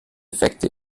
effekte